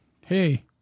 Hey